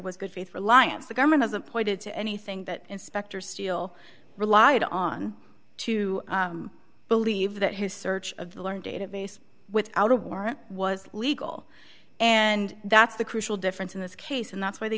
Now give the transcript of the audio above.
was good faith reliance the government was appointed to anything that inspector steel relied on to believe that his search of the learned database without a warrant was legal and that's the crucial difference in this case and that's why the